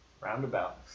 Roundabout